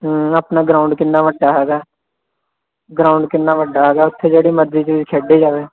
ਹੂੰ ਆਪਣਾ ਗਰਾਊਂਡ ਕਿੰਨਾ ਵੱਡਾ ਹੈਗਾ ਗਰਾਊਂਡ ਕਿੰਨਾ ਵੱਡਾ ਹੈਗਾ ਉੱਥੇ ਜਿਹੜੀ ਮਰਜੀ ਚੀਜ਼ ਖੇਡੀ ਜਾਵੇ